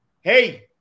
Hey